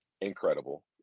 incredible